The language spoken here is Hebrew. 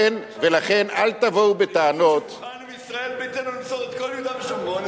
ליכוד שמוכן עם ישראל ביתנו למסור את כל יהודה ושומרון,